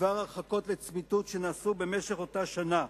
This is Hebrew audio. בדבר הרחקות לצמיתות שנעשו במשך אותה שנה,